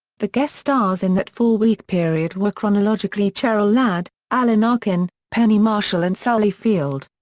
the guest stars in that four-week period were chronologically cheryl ladd, alan arkin, penny marshall and sally field.